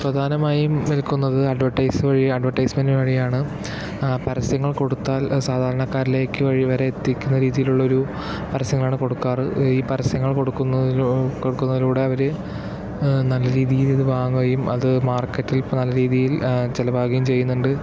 പ്രധാനമായും വിൽക്കുന്നത് അഡ്വർടൈസ് വഴി അഡ്വർടൈസ്മെന്റ് വഴിയാണ് ആ പരസ്യങ്ങൾ കൊടുത്താൽ സാധാരാണക്കാരിലേക്ക് വഴി വരെ എത്തിക്കുന്ന രീതിയിൽ ഉള്ളൊരു പരസ്യങ്ങളാണ് കൊടുക്കാറ് ഈ പരസ്യങ്ങൾ കൊടുക്കുന്നതിലൂ കൊടുക്കുന്നതിലൂടെ അവർ നല്ല രീതിയിൽ ഇത് വാങ്ങുകയും അത് മാർക്കറ്റിൽ നല്ല രീതിയിൽ ചിലവാകുകയും ചെയ്യുന്നുണ്ട്